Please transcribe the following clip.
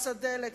מס הדלק,